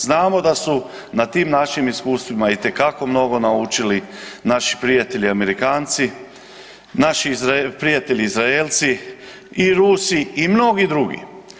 Znamo da su na tim našim iskustvima itekako mnogo naučili naši prijatelji Amerikanci, naši prijatelji Izraelci i Rusi i mnogi drugi.